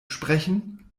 sprechen